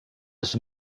his